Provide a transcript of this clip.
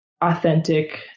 authentic